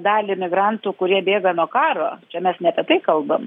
dalį migrantų kurie bėga nuo karo čia mes ne apie tai kalbam